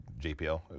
JPL